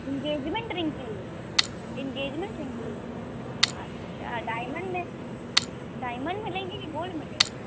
engagement ring चाहिए engagement ring चाहिए अच्छा डाइमंड में डाइमंड में लेंगी कि गोल्ड में लेंगी